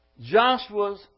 Joshua's